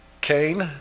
Cain